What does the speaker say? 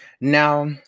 Now